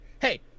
hey